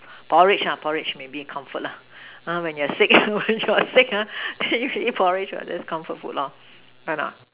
porridge ah porridge porridge is comfort lah !huh! when you're sick then you eat porridge what that's comfort food correct not